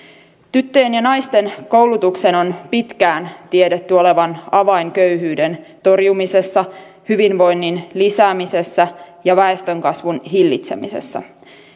tyttöjen ja naisten koulutuksen on pitkään tiedetty olevan avain köyhyyden torjumisessa hyvinvoinnin lisäämisessä ja väestönkasvun hillitsemisessä